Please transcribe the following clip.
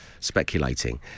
Speculating